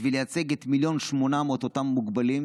בשביל לייצג את 1.8 מיליון, אותם מוגבלים,